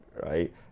right